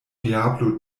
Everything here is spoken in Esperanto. diablo